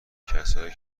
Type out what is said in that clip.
کسایی